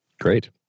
Great